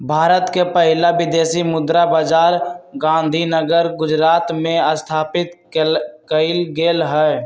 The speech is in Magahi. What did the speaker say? भारत के पहिला विदेशी मुद्रा बाजार गांधीनगर गुजरात में स्थापित कएल गेल हइ